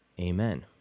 Amen